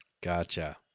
Gotcha